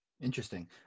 Interesting